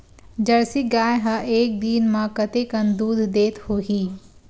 Jersey गाय ह एक दिन म कतेकन दूध देत होही?